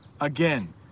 again